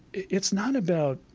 it's not about,